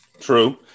true